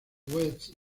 west